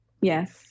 Yes